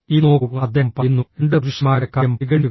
ഇത് നോക്കൂഃ അദ്ദേഹം പറയുന്നു രണ്ട് പുരുഷന്മാരുടെ കാര്യം പരിഗണിക്കുക